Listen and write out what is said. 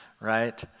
right